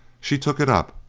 she took it up,